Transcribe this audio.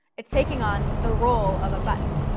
it's taking on the role of a button.